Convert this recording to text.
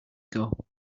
ago